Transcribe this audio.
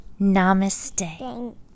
Namaste